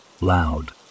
loud